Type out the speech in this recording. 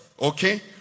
Okay